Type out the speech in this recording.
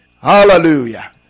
Hallelujah